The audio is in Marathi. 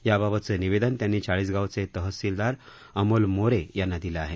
याबाबतचं निवेदन त्यांनी चाळीसगावचे तहसीलदार अमोल मोरे यांना दिलंआहे